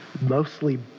mostly